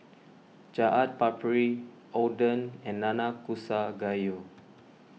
Chaat Papri Oden and Nanakusa Gayu